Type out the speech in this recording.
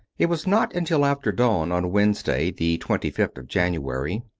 it was not until after dawn on wednesday, the twenty fifth of january,